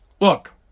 Look